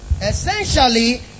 Essentially